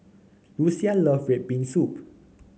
Lucia love red bean soup